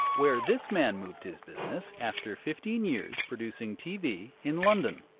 where this man moved his business after fifteen years producing tv in london.